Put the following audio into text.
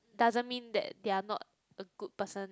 doesn't mean that they are not a good person